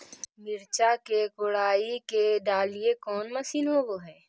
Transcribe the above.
मिरचा के कोड़ई के डालीय कोन मशीन होबहय?